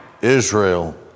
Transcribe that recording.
Israel